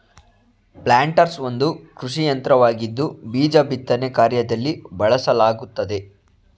planters ಒಂದು ಕೃಷಿಯಂತ್ರವಾಗಿದ್ದು ಬೀಜ ಬಿತ್ತನೆ ಕಾರ್ಯದಲ್ಲಿ ಬಳಸಲಾಗುತ್ತದೆ